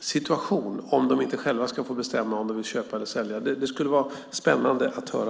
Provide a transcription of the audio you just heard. situation om de inte själva ska få bestämma om de vill köpa eller sälja? Det skulle vara spännande att höra.